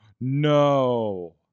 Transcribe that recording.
No